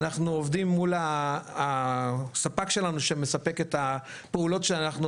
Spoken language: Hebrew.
אנחנו עובדים מול הספק שלנו שמספק את הפעולות שאנחנו